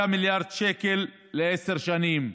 5 מיליארד שקל לעשר שנים.